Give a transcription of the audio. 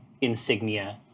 insignia